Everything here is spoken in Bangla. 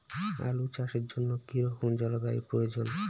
আলু চাষের জন্য কি রকম জলবায়ুর প্রয়োজন?